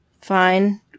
fine